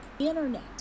internet